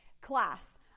class